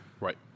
Right